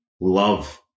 love